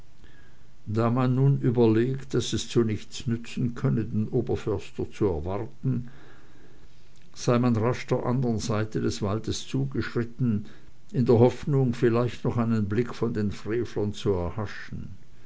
da man nun überlegt daß es zu nichts nützen könne den oberförster zu erwarten sei man rasch der andern seite des waldes zugeschritten in der hoffnung vielleicht noch einen blick von den frevlern zu erhaschen